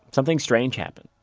something strange happened